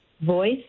voice